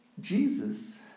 Jesus